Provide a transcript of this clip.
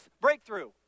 breakthrough